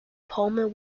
palmer